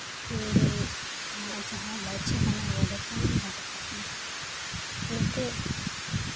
ᱯᱷᱤᱨ ᱟᱢᱟᱜ ᱡᱟᱦᱟᱸ ᱞᱟᱪᱪᱷᱟ ᱠᱟᱱᱟ ᱚᱸᱰᱮ ᱠᱷᱚᱱ ᱮᱢ ᱟᱴᱠᱟᱜᱼᱟ ᱚᱱᱟᱛᱮ